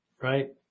right